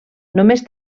només